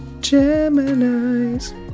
gemini's